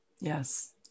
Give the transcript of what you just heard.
Yes